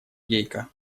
гейка